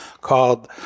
called